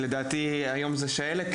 לדעתי היום זה שעלת,